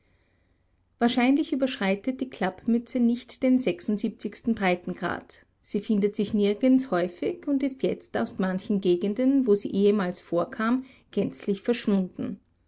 wahrscheinlich überschreitet die klappmütze nicht den sechsundsiebenzigsten breitengrad sie findet sich nirgends häufig und ist jetzt aus manchen gegenden wo sie ehemals vorkam gänzlich verschwunden